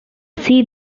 see